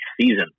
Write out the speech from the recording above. season